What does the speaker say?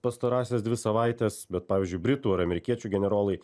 pastarąsias dvi savaites bet pavyzdžiui britų ar amerikiečių generolai